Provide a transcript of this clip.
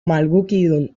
malgukidun